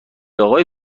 آقای